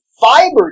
fiber